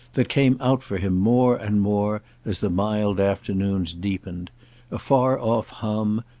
that came out for him more and more as the mild afternoons deepened a far-off hum,